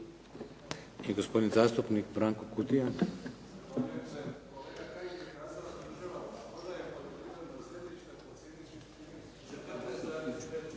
Hvala.